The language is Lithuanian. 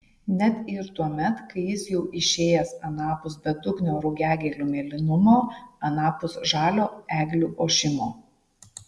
net ir tuomet kai jis jau išėjęs anapus bedugnio rugiagėlių mėlynumo anapus žalio eglių ošimo